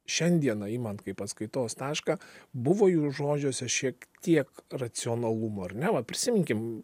šiandieną imant kaip atskaitos tašką buvo jų žodžiuose šiek tiek racionalumo ar ne va prisiminkim